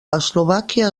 eslovàquia